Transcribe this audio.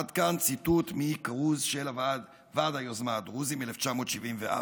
עד כאן ציטוט מכרוז של ועד היוזמה הדרוזי מ-1974.